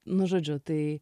nu žodžiu tai